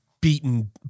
beaten